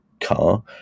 car